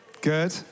Good